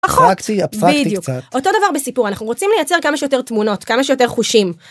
נכון, בדיוק, אותו דבר בסיפור אנחנו רוצים לייצר כמה שיותר תמונות כמה שיותר חושים.